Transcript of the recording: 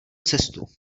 cestu